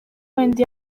wenda